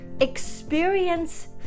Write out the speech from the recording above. experience